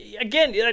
Again